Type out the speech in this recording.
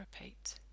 repeat